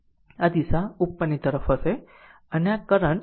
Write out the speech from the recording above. આ દિશા ઉપરની તરફ રહેશે